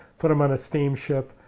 put them on a steam ship,